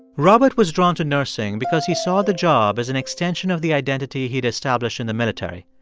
robert was drawn to nursing because he saw the job as an extension of the identity he'd established in the military.